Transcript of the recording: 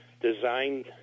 designed